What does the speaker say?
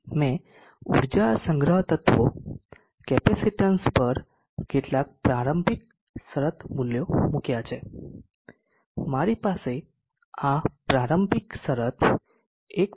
મેં ઊર્જા સંગ્રહ તત્વો કેપેસિટીન્સ પર કેટલાક પ્રારંભિક શરત મૂલ્યો મૂક્યા છે મારી પાસે આ પ્રારંભિક શરત 1